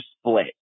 split